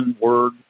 word